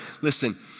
listen